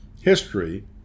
history